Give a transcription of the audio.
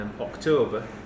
October